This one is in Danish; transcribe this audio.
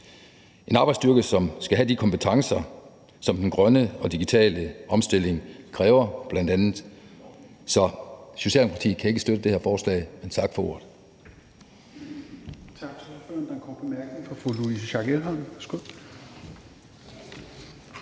en arbejdsstyrke, som skal have de kompetencer, som bl.a. den grønne og den digitale omstilling kræver. Socialdemokratiet kan ikke støtte det her forslag, men tak for ordet.